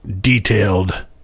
detailed